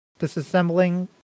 disassembling